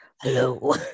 Hello